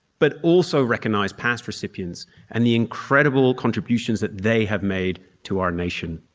but also recognise past recipients and the incredible contributions that they have made to our nation.